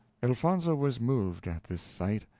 elfonzo was moved at this sight.